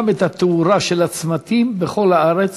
גם את התאורה של הצמתים בכל הארץ,